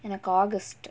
like august